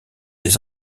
les